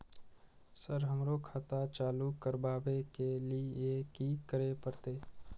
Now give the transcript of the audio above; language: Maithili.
सर हमरो खाता चालू करबाबे के ली ये की करें परते?